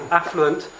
affluent